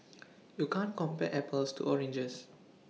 you can't compare apples to oranges